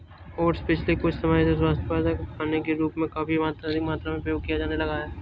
oats पिछले कुछ समय से स्वास्थ्यवर्धक खाने के रूप में काफी अधिक मात्रा में प्रयोग किया जाने लगा है